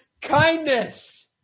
kindness